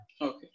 okay